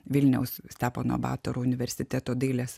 vilniaus stepono batoro universiteto dailės